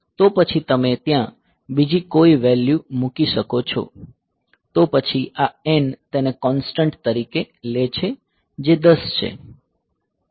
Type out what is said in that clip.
તો પછી તમે ત્યાં બીજી કોઈ વેલ્યૂ મૂકી શકો છો તો પછી આ N તેને કોંસ્ટંટ તરીકે લે છે જે ૧૦ છે